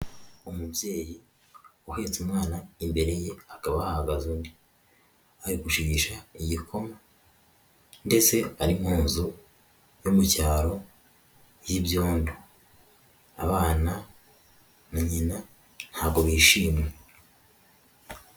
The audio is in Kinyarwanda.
Umubyeyi uhetse umwana imbere ye hakaba hahagaze undi, ari gushigisha igikoma ndetse ari mu nzu yo mu cyaro y'ibyondo, abana na nyina ntabwo bishimye.